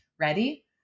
ready